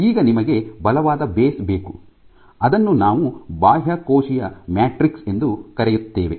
ಈಗ ನಿಮಗೆ ಬಲವಾದ ಬೇಸ್ ಬೇಕು ಅದನ್ನು ನಾವು ಬಾಹ್ಯಕೋಶೀಯ ಮ್ಯಾಟ್ರಿಕ್ಸ್ ಎಂದು ಕರೆಯುತ್ತೇವೆ